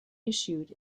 issued